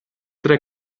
tre